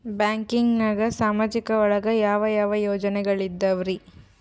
ಬ್ಯಾಂಕ್ನಾಗ ಸಾಮಾಜಿಕ ಒಳಗ ಯಾವ ಯಾವ ಯೋಜನೆಗಳಿದ್ದಾವ್ರಿ?